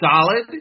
solid